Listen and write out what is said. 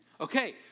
Okay